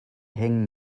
hängen